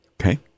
Okay